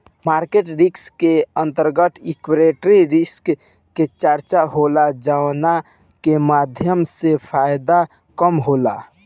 market risk के अंतर्गत equity risk के चर्चा होला जावना के माध्यम से फायदा कम होला